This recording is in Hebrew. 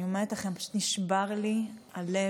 אני אומרת לכם, פשוט נשבר לי הלב